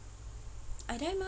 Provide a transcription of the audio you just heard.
I die